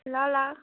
ल ल